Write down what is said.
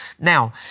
Now